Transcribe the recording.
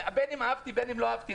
בין אם אהבתי ובין אם לא אהבתי,